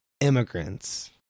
immigrants